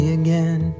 again